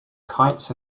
kites